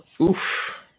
Oof